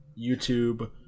YouTube